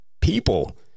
people